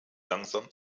langsam